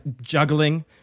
juggling